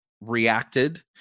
reacted